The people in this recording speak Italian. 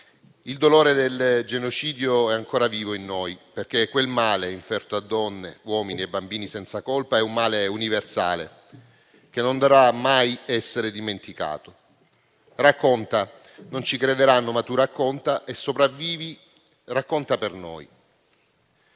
Il dolore del genocidio è ancora vivo in noi, perché quel male inferto a donne, uomini e bambini senza colpa è universale e non dovrà mai essere dimenticato. «Racconta, non ci crederanno, ma tu racconta e sopravvivi. Racconta per noi».